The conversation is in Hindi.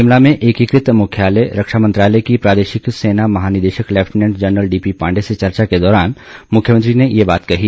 शिमला में एकीकृत मुख्यालय रक्षा मंत्रालय की प्रादेशिक सेना महानिदेशक लैफ्टिनेंट जनरल डीपी पांडे से चर्चा के दौरान मुख्यमंत्री ने ये बात कही